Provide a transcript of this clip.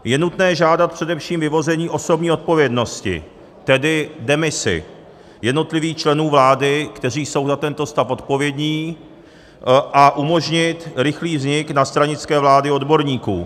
Je nutné žádat především vyvození osobní odpovědnosti, tedy demisi jednotlivých členů vlády, kteří jsou za tento stav odpovědní, a umožnit rychlý vznik nadstranické vlády odborníků.